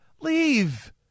leave